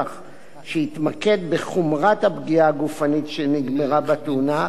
שיתמקד בחומרת הפגיעה הגופנית שנגרמה בתאונה,